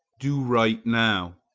do right now.